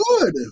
good